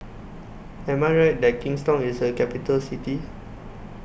Am I Right that Kingstown IS A Capital City